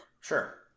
sure